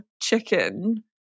chicken